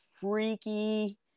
freaky